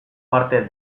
parte